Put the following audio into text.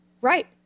Right